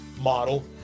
model